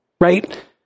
right